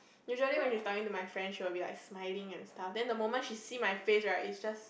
usually when she staring to my friend she will be like smiling and stuff then the moment she see my face right is just